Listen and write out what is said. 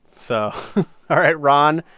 so all right, ron,